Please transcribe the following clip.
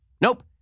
Nope